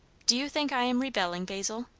do you think i am rebelling, basil?